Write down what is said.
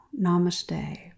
Namaste